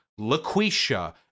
Laquisha